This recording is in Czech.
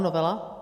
Novela.